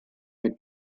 mit